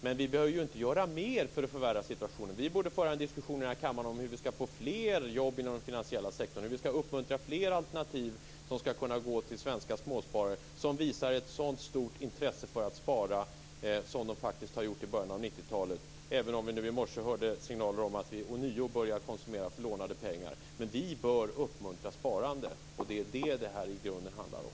Men vi behöver ju inte göra mer för att förvärra situationen. Vi borde föra en diskussion i den här kammaren om hur vi skall få fler jobb inom den finansiella sektorn, om hur vi skall uppmuntra fler alternativ för svenska småsparare, som ju faktiskt sedan början av 1990 talet har visat ett stort intresse för att spara. I morse hördes signaler om att vi ånyo börjar konsumera för lånade pengar, men vi bör uppmuntra sparande, och det är det som det här i grunden handlar om.